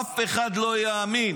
אף אחד לא יאמין